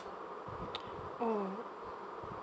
oh